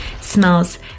smells